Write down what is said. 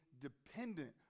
dependent